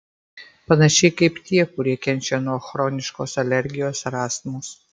panašiai kaip tie kurie kenčia nuo chroniškos alergijos ar astmos